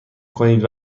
کنید